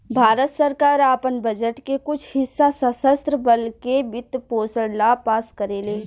भारत सरकार आपन बजट के कुछ हिस्सा सशस्त्र बल के वित्त पोषण ला पास करेले